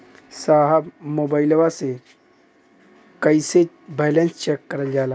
साहब मोबइलवा से कईसे बैलेंस चेक करल जाला?